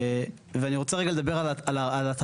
ואני רוצה רגע לדבר על התכלית,